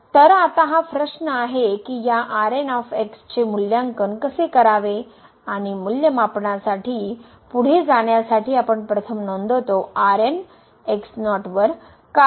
तर आता हा प्रश्न आहे की या चे मूल्यांकन कसे करावे आणि मूल्यमापनासाठी पुढे जाण्यासाठी आपण प्रथम नोंदवितो वर कारण